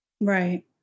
Right